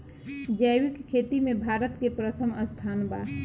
जैविक खेती में भारत के प्रथम स्थान बा